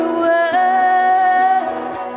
words